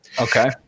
Okay